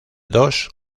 dos